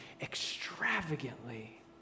extravagantly